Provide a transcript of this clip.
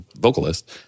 vocalist